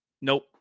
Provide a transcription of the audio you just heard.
Nope